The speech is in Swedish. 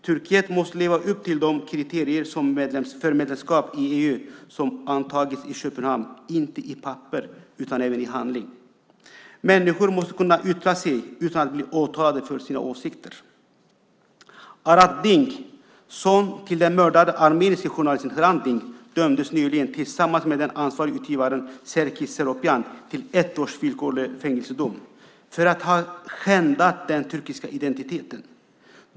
Turkiet måste leva upp till de kriterier för medlemskap i EU som antagits i Köpenhamn, inte bara i papper utan i även i handling. Människor måste kunna yttra sig utan att bli åtalade för sina åsikter. Arat Dink, son till den mördade armeniske journalisten Hrant Dink, dömdes nyligen tillsammans med den ansvarige utgivaren Serkis Seropyan till ett års villkorlig fängelsedom för att ha "skändat den turkiska identiteten".